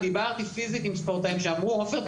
דיברתי פיזית עם ספורטאים שאמרו: עופר,